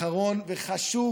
אחרון וחשוב,